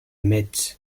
metz